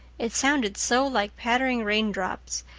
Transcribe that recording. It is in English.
it sounded so like pattering raindrops,